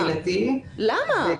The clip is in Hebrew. למה?